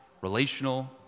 relational